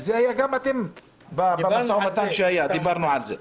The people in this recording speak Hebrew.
זה עלה גם במשא ומתן שהיה, דיברנו על זה.